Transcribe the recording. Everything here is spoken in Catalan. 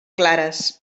clares